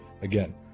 Again